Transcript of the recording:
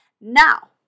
Now